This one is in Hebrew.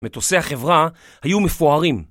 מטוסי החברה היו מפוארים